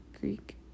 Greek